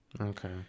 Okay